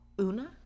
Una